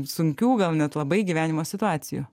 sunkių gal net labai gyvenimo situacijų